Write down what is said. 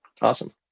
Awesome